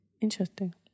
Interesting